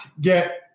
get